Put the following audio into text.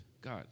God